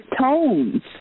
tones